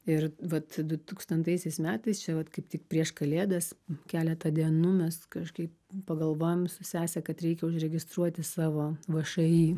ir vat du tūkstantaisiais metais čia vat kaip tik prieš kalėdas keletą dienų mes kažkaip pagalvojom su sese kad reikia užregistruoti savo všį